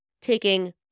taking